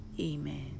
Amen